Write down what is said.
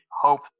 hope